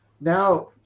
now